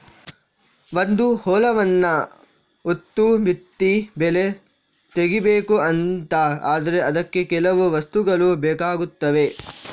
ಒಂದು ಹೊಲವನ್ನ ಉತ್ತು ಬಿತ್ತಿ ಬೆಳೆ ತೆಗೀಬೇಕು ಅಂತ ಆದ್ರೆ ಅದಕ್ಕೆ ಕೆಲವು ವಸ್ತುಗಳು ಬೇಕಾಗ್ತವೆ